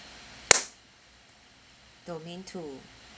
domain two